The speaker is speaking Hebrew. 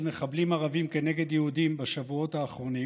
מחבלים ערבים כנגד יהודים בשבועות האחרונים